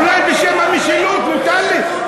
אולי בשם המשילות זה מותר לי?